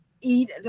eat